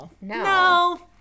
No